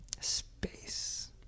space